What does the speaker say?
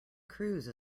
cruise